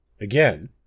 Again